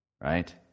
right